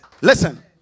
listen